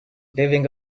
living